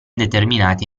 determinati